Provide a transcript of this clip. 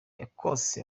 ecosse